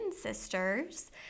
Sisters